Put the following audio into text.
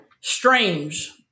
strange